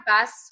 best